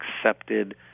accepted